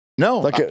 No